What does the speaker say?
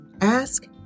Ask